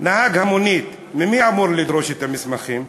נהג המונית, ממי הוא אמור לדרוש את המסמכים?